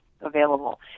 available